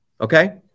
Okay